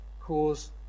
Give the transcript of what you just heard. Cause